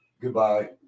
Goodbye